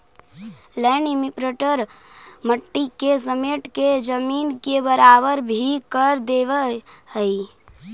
land imprinter मट्टी के समेट के जमीन के बराबर भी कर देवऽ हई